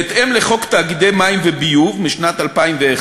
בהתאם לחוק תאגידי מים וביוב משנת 2001,